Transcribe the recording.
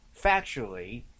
factually